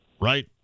right